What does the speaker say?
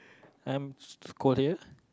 I'm Korea